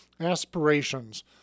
aspirations